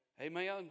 Amen